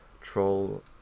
troll